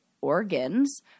organs